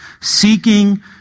seeking